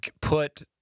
put